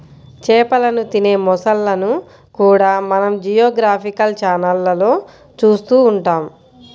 చేపలను తినే మొసళ్ళను కూడా మనం జియోగ్రాఫికల్ ఛానళ్లలో చూస్తూ ఉంటాం